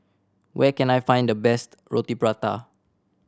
where can I find the best Roti Prata